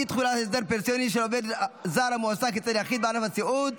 אי-תחולת הסדר פנסיוני על עובד זר המועסק אצל יחיד בענף הסיעוד),